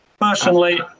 Personally